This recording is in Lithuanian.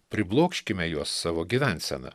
priblokškime juos savo gyvensena